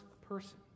person